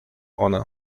one